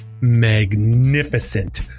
magnificent